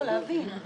לא, להבין.